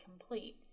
complete